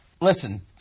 listen